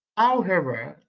ah however,